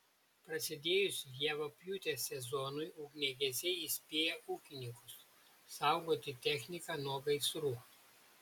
prasidėjus javapjūtės sezonui ugniagesiai įspėja ūkininkus saugoti techniką nuo gaisrų